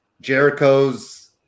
Jericho's